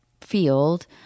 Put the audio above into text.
field